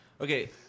okay